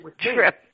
trip